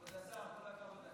כבוד השר, כל הכבוד.